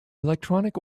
electronic